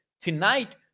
Tonight